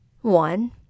One